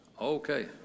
Okay